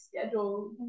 schedule